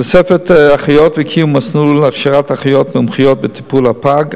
תוספת אחיות וקיום מסלול להכשרת אחיות מומחיות בטיפול בפג,